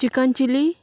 chicken chilly